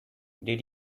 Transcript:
did